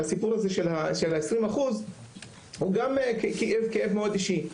הסיפור הזה של ה-20% הוא גם כאב אישי מאוד.